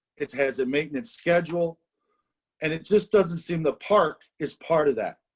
it has a maintenance schedule and it just doesn't seem. the park is part of that.